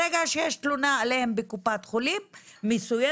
ברגע שיש תלונה עליהם בקופת חולים מסוימת,